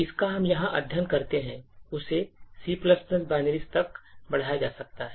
इसका हम यहां अध्ययन करते हैं उसे C binaries तक बढ़ाया जा सकता है